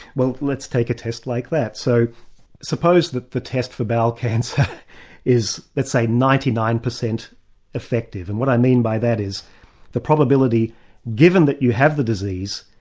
well let's take a test like that. so suppose that the test for bowel cancer is, let's say ninety nine percent effective. and what i mean by that is the probability given that you have the disease,